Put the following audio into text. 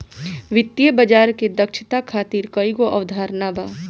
वित्तीय बाजार के दक्षता खातिर कईगो अवधारणा बा